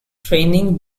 training